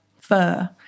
fur